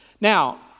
Now